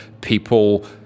people